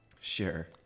Sure